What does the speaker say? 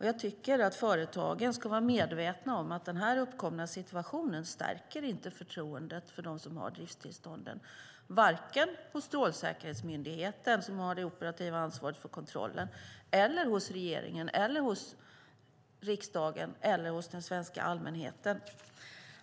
Jag tycker att företagen ska vara medvetna om att den uppkomna situationen inte stärker förtroendet för dem som har drifttillstånden, varken på Strålsäkerhetsmyndigheten, som har det operativa ansvaret för kontroller, hos regeringen, hos riksdagen eller hos den svenska allmänheten.